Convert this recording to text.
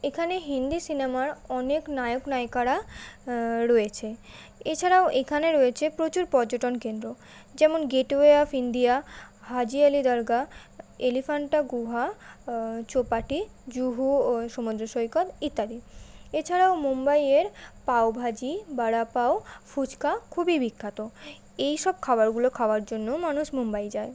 এখানে হিন্দি সিনেমার অনেক নায়ক নায়িকারা রয়েছে এছাড়াও এখানে রয়েছে প্রচুর পর্যটন কেন্দ্র যেমন gateway of India Haji Ali Dargah Elephanta গুহা চৌপাটি জুহু সমুদ্র সৈকত ইত্যাদি এছাড়াও মুম্বইয়ের পাওভাজি বড়াপাও ফুচকা খুবই বিখ্যাত এই সব খাবারগুলো খাওয়ার জন্যও মানুষ মুম্বই যায়